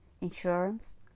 insurance